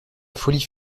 folie